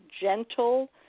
gentle